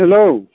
hello